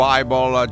Bible